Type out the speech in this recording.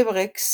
איוורקס